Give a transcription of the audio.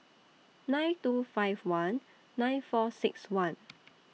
nine two five one nine four six one